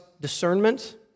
discernment